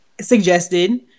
suggested